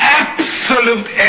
absolute